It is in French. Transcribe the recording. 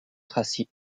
tracy